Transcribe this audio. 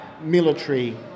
military